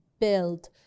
build